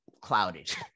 clouded